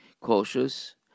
cautious